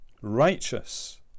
righteous